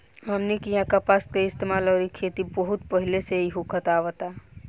हमनी किहा कपास के इस्तेमाल अउरी खेती बहुत पहिले से ही होखत आवता